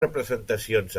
representacions